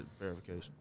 verification